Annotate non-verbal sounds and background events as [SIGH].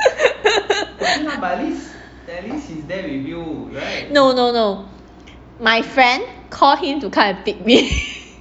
[LAUGHS] no no no my friend call him to come and pick me [LAUGHS]